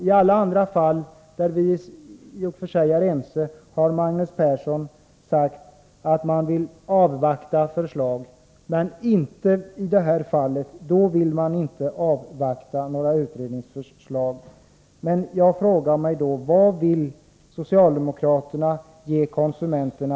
I alla andra fall, när vi i och för sig har varit överens, har Magnus Persson sagt att man vill avvakta förslag — men inte i det här fallet. Jag frågar mig då: Vilket skydd vill socialdemokraterna ge konsumenterna?